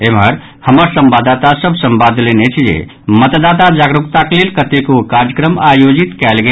एम्हर हमर संवाददाता सभ संवाद देलनि अछि जे मतदाता जागरूकताक लेल कतेको कार्यक्रम आयोजित कयल गेल